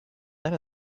that